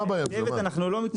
הוא מביא את הפשרה ולא אני.